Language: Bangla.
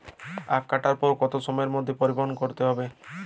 আখ কাটার পর কত সময়ের মধ্যে পরিবহন করতে হবে?